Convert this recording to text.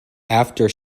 after